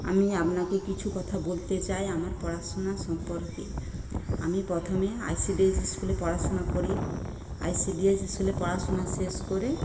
আমি আপনাকে কিছু কথা বলতে চাই আমার পড়াশোনা সম্পর্কে আমি পথমে আই সি ডি এস স্কুলে পড়াশোনা করি আই সি ডি এস স্কুলে পড়াশোনা শেষ করে